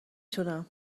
تونم